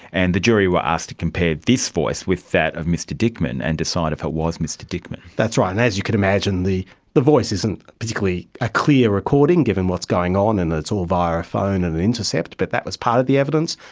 and the jury were asked to compare this voice with that of mr dickman and decide if it was mr dickman. that's right, and as you could imagine, the the voice isn't particularly a clear recording, given what's going on and it's all via a phone and an intercept, but that was part of the evidence.